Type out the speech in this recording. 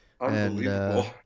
Unbelievable